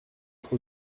trop